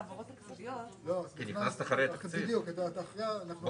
אולי התייחסות לעלות התקציבית כיוון שאנחנו בקריאה ראשונה.